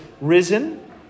risen